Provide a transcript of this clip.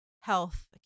health